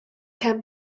can